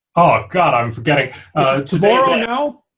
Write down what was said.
oh god i'm forgetting tomorrow you know